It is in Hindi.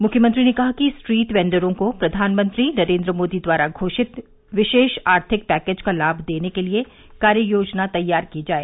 मुख्यमंत्री ने कहा कि स्ट्रीट वेंडरों को प्रधानमंत्री नरेंद्र मोदी द्वारा घोषित विशेष आर्थिक पैकेज का लाम देने के लिए कार्य योजना तैयार की जाए